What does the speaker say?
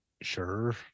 sure